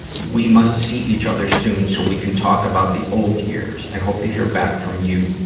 we must see each other soon, so we can talk about the old years. i hope to hear back from you.